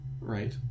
right